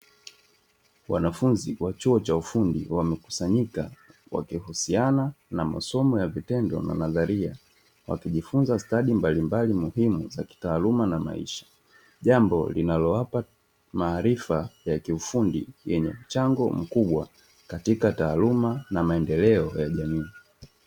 Wanafunzi wa chuo cha ufundi wamekusanyika wakihusiana na masomo ya vitendo na nadharia, wakijifunza stadi mbalimbali muhimu za kitaaluma na maisha, jambo linalowapa maarifa ya kiufundi yenye mchango mkubwa katika taaluma na maendeleo ya jamii.